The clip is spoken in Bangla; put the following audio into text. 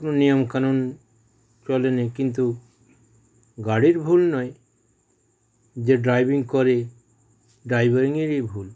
কোনো নিয়মকানুন চলে না কিন্তু গাড়ির ভুল নয় যে ড্রাইভিং করে ড্রাইভিংয়েরই ভুল